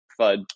FUD